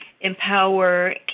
empower